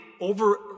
over